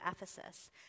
Ephesus